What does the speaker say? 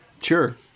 sure